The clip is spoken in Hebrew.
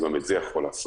גם את זה הוא יכול לעשות.